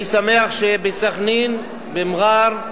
אני שמח שבסח'נין, במע'אר,